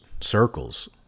circles